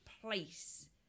place